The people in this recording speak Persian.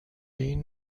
این